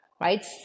right